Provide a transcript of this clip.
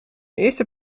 eerste